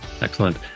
Excellent